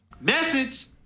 Message